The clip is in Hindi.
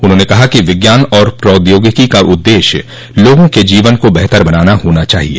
उन्होंने कहा कि विज्ञान और प्रौद्योगिकी का उद्देश्य लोगों के जीवन को बेहतर बनाना होना चाहिए